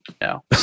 No